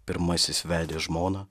pirmasis vedė žmoną